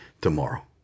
tomorrow